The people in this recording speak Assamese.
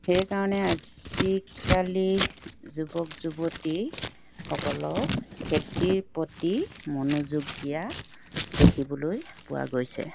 সেইকাৰণে আজিকালি যুৱক যুৱতীসকলক খেতিৰ প্ৰতি মনোযোগ দিয়া দেখিবলৈ পোৱা গৈছে